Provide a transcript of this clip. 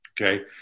Okay